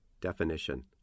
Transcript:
Definition